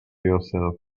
yourself